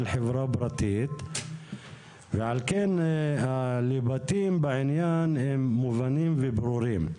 חברה פרטית ועל כן הלבטים בעניין הם מובנים וברורים.